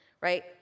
right